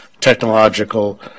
technological